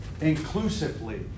inclusively